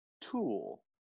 Tool